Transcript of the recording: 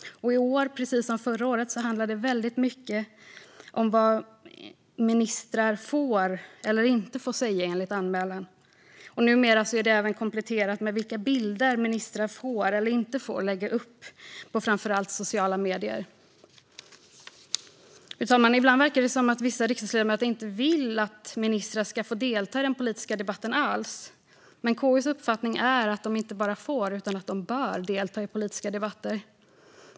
I år, precis som förra året, handlar det väldigt mycket om vad ministrar får eller inte får säga enligt anmälaren. Numera är det även kompletterat med vilka bilder ministrar får eller inte får lägga upp på framför allt sociala medier. Fru talman! Ibland verkar det som att vissa riksdagsledamöter inte vill att ministrar ska få delta i den politiska debatten alls. Men KU:s uppfattning är att de inte bara får utan även bör delta i politiska debatter.